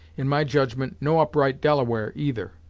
in my judgment no upright delaware either.